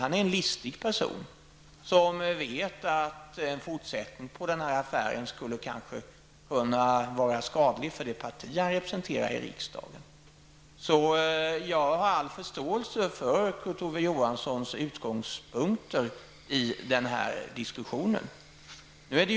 Han är en listig person som vet att en fortsättning på den här affären kanske skulle kunna vara skadlig för de parti han representerar i riksdagen. Jag har all förståelse för Kurt Ove Johanssons utgångspunkter i den här diskussionen.